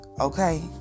okay